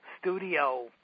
studio